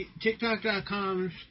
TikTok.com